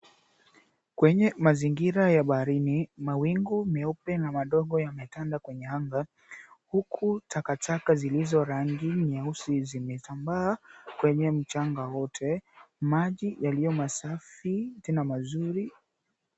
Kwenye mazingira ya baharini, mawingu meupe na madogo yametanda kwenye anga huku takataka zilizo rangi nyeusi zimesambaa kwenye mchanga wote. Maji yaliyo masafi tena mazuri.